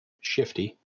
shifty